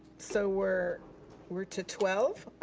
so we're we're to twelve,